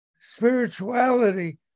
spirituality